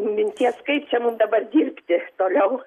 minties kaip čia mum dabar dirbti toliau